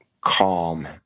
calm